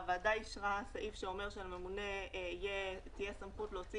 הוועדה אישרה סעיף שאומר שלממונה תהיה סמכות להוציא